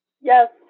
Yes